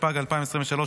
התשפ"ג 2023,